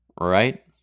right